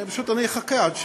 פשוט אני אחכה עד,